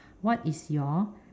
what is your